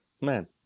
man